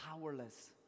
powerless